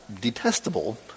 detestable